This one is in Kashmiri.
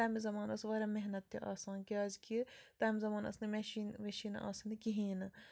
تمہِ زمانہٕ ٲس واریاہ محنت تہِ آسان کیٛازِکہِ تمہِ زمانہٕ ٲس نہٕ مِشیٖن وِیشیٖن آسَن نہٕ کِہیٖنۍ نہٕ